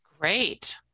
Great